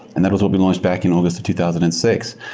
and that was what we launched back in august of two thousand and six.